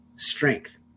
strength